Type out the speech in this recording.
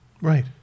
Right